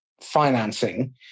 financing